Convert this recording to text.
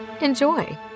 Enjoy